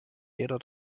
jeder